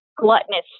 gluttonous